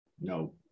No